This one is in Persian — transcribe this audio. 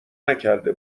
نکرده